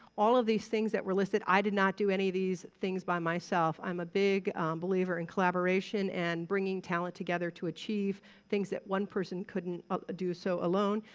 all of these things that were listed, i did not do any of these things by myself. i'm a big believer in collaboration and bringing talent together to achieve things that one person couldn't ah do so alone.